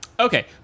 Okay